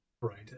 Right